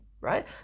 Right